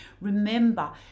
Remember